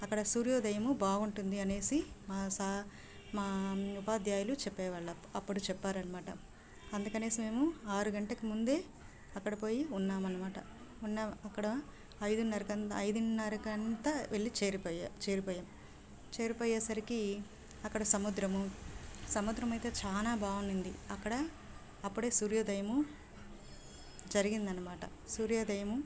అక్కడ సూర్యోదయం బాగుంటుంది అనేసి మా సా మా ఉపాధ్యాయులు చెప్పేవాళ్ళు అప్పుడు చెప్పారన్నమాట అందుకని మేము ఆరు గంటలకు ముందే అక్కడ పోయి ఉన్నాము అన్నమాట ఉన్న అక్కడ ఐదున్నరకి ఐదున్నరకి అంతా వెళ్ళి చేరిపోయాయి చేరిపోయాం చేరిపోయేసరికి అక్కడ సముద్రము సముద్రమైతే చాలా బాగుంది అక్కడ అప్పుడే సూర్యోదయం జరిగింది అన్నమాట సూర్యోదయం